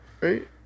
right